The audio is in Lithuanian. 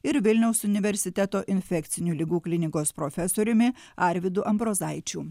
ir vilniaus universiteto infekcinių ligų klinikos profesoriumi arvydu ambrozaičiu